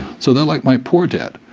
so they're like my poor dad.